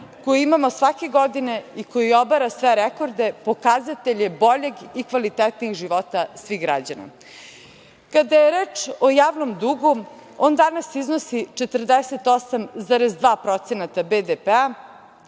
koji imamo svake godine i koji obara sve rekorde pokazatelj je boljeg i kvalitetnijeg života svih građana. Kada je reč o javnom dugu, on danas iznosi 48,2% BDP,